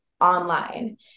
online